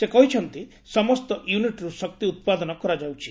ସେ କହିଛନ୍ତି ସମସ୍ତ ୟୁନିଟ୍ରୁ ଶକ୍ତି ଉପାଦନ କରାଯାଉଛି